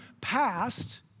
passed